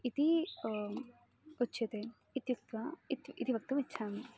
इति उच्यते इत्युक्त्वा इति इति वक्तुमिच्छामि